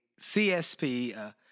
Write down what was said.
CSP